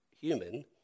human